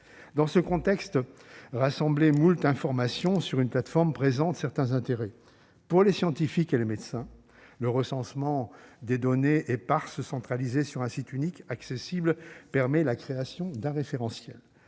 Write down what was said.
Dans ce contexte, rassembler moult informations sur une plateforme présente certains intérêts. Je pense tout d'abord aux scientifiques et aux médecins. Le recensement de données éparses centralisées sur un site unique et accessible permet la création d'un référentiel,